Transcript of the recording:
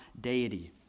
deity